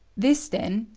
this, then,